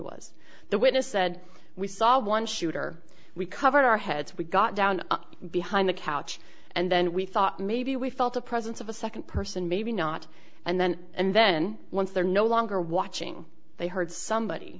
was the witness said we saw one shooter we covered our heads we got down behind the couch and then we thought maybe we felt the presence of a second person maybe not and then and then once they're no longer watching they heard somebody